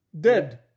Dead